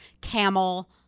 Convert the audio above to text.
Camel